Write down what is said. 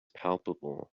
palpable